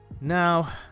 Now